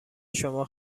شما